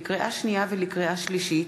לקריאה שנייה ולקריאה שלישית: